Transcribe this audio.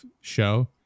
show